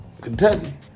Kentucky